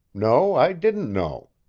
no, i didn't know.